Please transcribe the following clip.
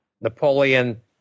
Napoleon